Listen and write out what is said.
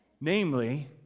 Namely